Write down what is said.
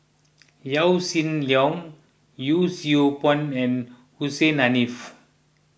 Yaw Shin Leong Yee Siew Pun and Hussein Haniff